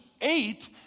eight